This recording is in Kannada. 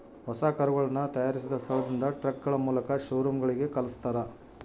ಹೊಸ ಕರುಗಳನ್ನ ತಯಾರಿಸಿದ ಸ್ಥಳದಿಂದ ಟ್ರಕ್ಗಳ ಮೂಲಕ ಶೋರೂಮ್ ಗಳಿಗೆ ಕಲ್ಸ್ತರ